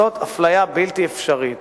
זאת אפליה בלתי אפשרית.